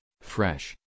fresh